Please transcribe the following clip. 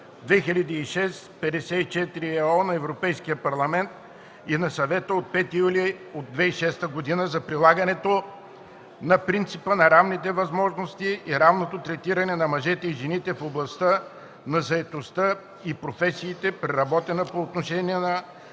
на Европейския парламент и на Съвета от 5 юли 2006 г. за прилагането на принципа на равните възможности и равното третиране на мъжете и жените в областта на заетостта и професиите (преработена) по отношение на: